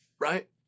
right